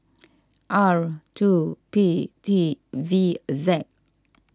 R two P T V Z